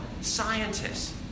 Scientists